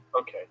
Okay